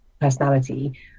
personality